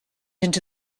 into